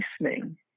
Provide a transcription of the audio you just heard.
listening